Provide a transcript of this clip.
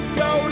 go